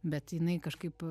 bet jinai kažkaip